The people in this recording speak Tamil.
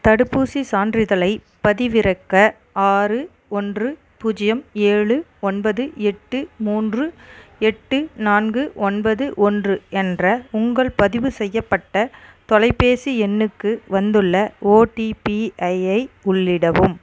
தடுப்பூசிச் சான்றிதழைப் பதிவிறக்க ஆறு ஒன்று பூஜ்ஜியம் ஏழு ஒன்பது எட்டு மூன்று எட்டு நான்கு ஒன்பது ஒன்று என்ற உங்கள் பதிவு செய்யப்பட்ட தொலைபேசி எண்ணுக்கு வந்துள்ள ஓடிபிஐ ஐ உள்ளிடவும்